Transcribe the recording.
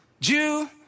Jew